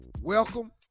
Welcome